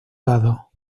lado